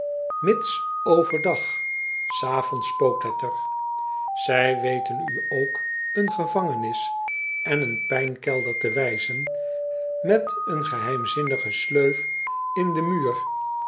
its overdag s avonds spookt het er ij weten u ook een gevangenis en een pijnkelder te wijzen met een geheimzinnige sleuf in den muur